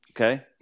okay